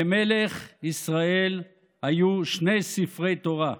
למלך ישראל היו שני ספרי תורה.